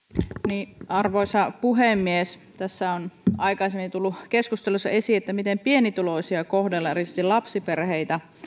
arvoisa puhemies tässä on aikaisemmin tullut keskustelussa esiin miten pienituloisia ja erityisesti lapsiperheitä kohdellaan